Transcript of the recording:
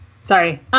Sorry